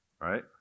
right